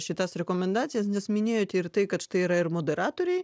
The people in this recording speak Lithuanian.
šitas rekomendacijas nes minėjote ir tai kad štai yra ir moderatoriai